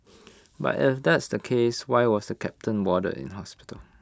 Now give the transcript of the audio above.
but if that's the case why was the captain warded in hospital